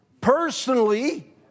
personally